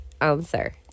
answer